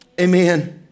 Amen